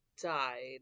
died